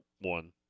one